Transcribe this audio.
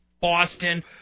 Boston